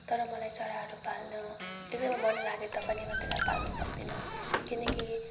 तर मलाई चराहरू पाल्न एकदमै मनलागे तापनि म त्यसलाई पाल्न सक्दिनँ किनकि